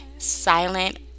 Silent